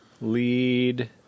Lead